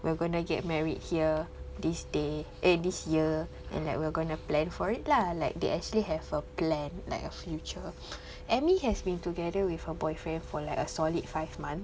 we're gonna get married here this day eh this year and like we are gonna plan for it lah like they actually have a plan like a future Amy has been together with her boyfriend for like a solid five months